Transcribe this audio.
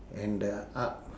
and the up~